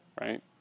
right